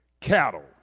cattle